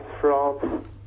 France